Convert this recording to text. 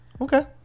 Okay